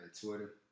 Twitter